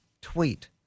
tweet